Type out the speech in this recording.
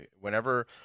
whenever